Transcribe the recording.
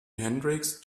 hendrix